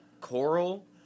coral